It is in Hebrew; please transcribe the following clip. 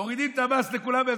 מורידים את המס לכולם.